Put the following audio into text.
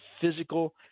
physical